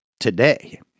Today